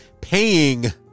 paying